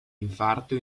infarto